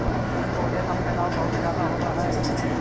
इस पौधे का फैलाव बहुत ज्यादा होवअ हई